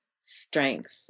strength